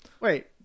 Wait